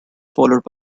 followed